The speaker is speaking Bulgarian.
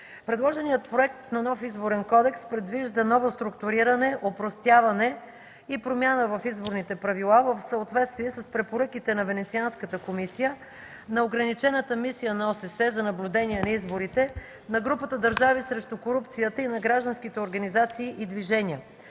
Предложеният проект на нов Изборен кодекс предвижда ново структуриране, опростяване и промяна в изборните правила в съответствие с препоръките на Венецианската комисия, на ограничената мисия на ОССЕ за наблюдение на изборите, на Групата държави срещу корупцията и на гражданските организации и движения.